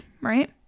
right